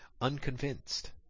unconvinced